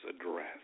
Address